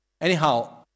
Anyhow